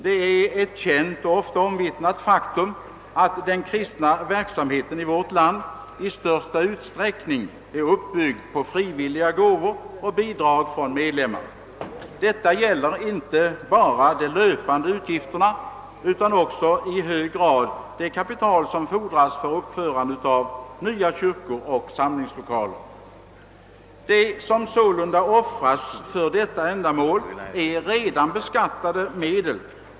Det är ett känt och ofta omvittnat faktum, att den kristna verksamheten i vårt land i största utsträckning är uppbyggd på frivilliga gåvor och bidrag från medlemmar. Detta gäller inte bara de löpande utgifterna utan också i hög grad det kapital som fordras för uppförande av nya kyrkor och samlingslokaler. Det som sålunda offras för detta ändamål är redan beskattade medel.